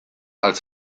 als